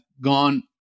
gone